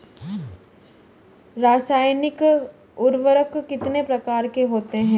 रासायनिक उर्वरक कितने प्रकार के होते हैं?